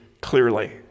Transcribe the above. clearly